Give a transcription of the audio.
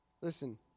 Listen